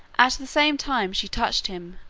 at the same time she touched him,